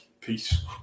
Peace